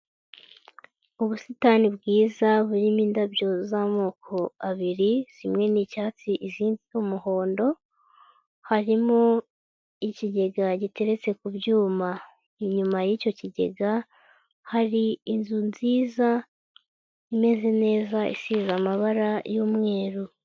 Ubusitani bwiza burimo indabyo z'amoko abiri, zimwe ni icyatsi izindi y'umuhondo, harimo ikigega giteretse ku byuma inyuma y'icyo kigega, hari inzu nziza, imeze neza isize amabara y'umweru.